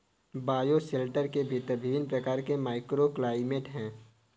bioshelter के भीतर विभिन्न प्रकार के माइक्रोक्लाइमेट हैं